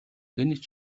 гэнэт